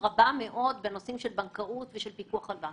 רבה מאוד בנושאים של בנקאות ושל פיקוח על בנקים.